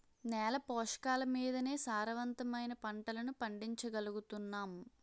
నేల పోషకాలమీదనే సారవంతమైన పంటలను పండించగలుగుతున్నాం